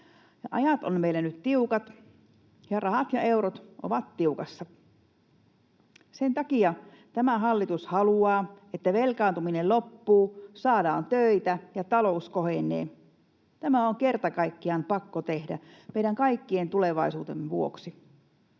Ajat ovat meillä nyt tiukat, ja rahat ja eurot ovat tiukassa. Sen takia tämä hallitus haluaa, että velkaantuminen loppuu, saadaan töitä ja talous kohenee. Tämä on kerta kaikkiaan pakko tehdä meidän kaikkien tulevaisuuden vuoksi.